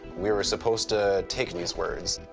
we were supposed to take these words.